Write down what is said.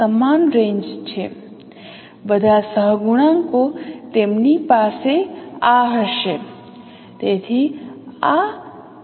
તેનો અર્થ એ કે માની લો કે તમારી પાસે તમારી છબી સંકલન છે તે બદલાય છે જો હું એમ કહીશ કે આ 0 0 છે અને કહું તો આ કહે છે કે છબીની પહોળાઈ અને ઊંચાઈ xmax ymax છે